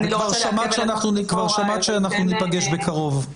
כבר שמעת שאנחנו ניפגש בקרוב.